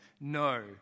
no